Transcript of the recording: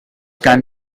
can